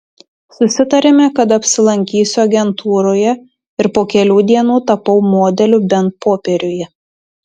susitarėme kad apsilankysiu agentūroje ir po kelių dienų tapau modeliu bent popieriuje